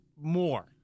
more